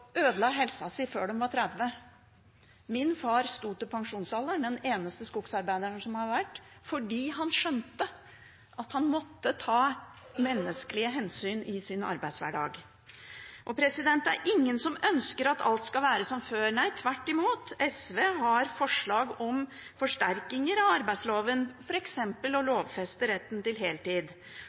ødela helsa si før de var 30. Min far sto som den eneste skogsarbeideren til pensjonsalderen, fordi han skjønte at han måtte ta menneskelige hensyn i sin arbeidshverdag. Det er ingen som ønsker at alt skal være som før. Nei, tvert imot, SV har forslag om forsterkninger av arbeidsmiljøloven, f.eks. å lovfeste retten til